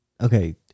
Okay